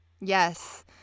Yes